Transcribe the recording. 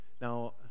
Now